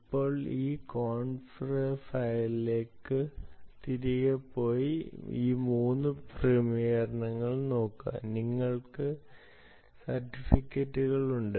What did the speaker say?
ഇപ്പോൾ ഈ conf ഫയലിലേക്ക് തിരികെ പോയി ഈ 3 ക്രമീകരണങ്ങളും നോക്കുക നിങ്ങൾക്ക് സർട്ടിഫിക്കറ്റുകൾ ഉണ്ട്